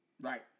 Right